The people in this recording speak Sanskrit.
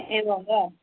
एवं वा